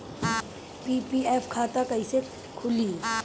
PPF खाता कैसे खुली?